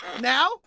Now